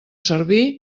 servir